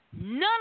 none